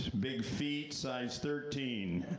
big feet, size thirteen.